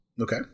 Okay